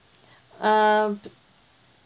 um